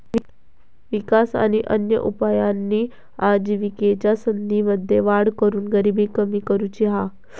विकास आणि अन्य उपायांनी आजिविकेच्या संधींमध्ये वाढ करून गरिबी कमी करुची हा